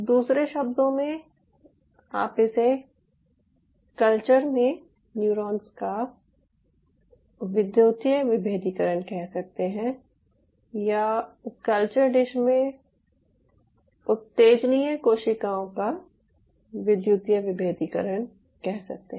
दूसरे शब्दों में आप इसे कल्चर में न्यूरॉन्स का विद्युतीय विभेदीकरण कह सकते हैं या कल्चर डिश में उत्तेजनीय कोशिकाओं का विद्युतीय विभेदीकरण कह सकते हैं